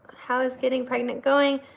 how's getting pregnant going,